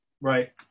Right